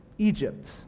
Egypt